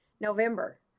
November